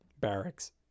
barracks